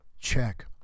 check